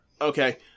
Okay